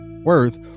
worth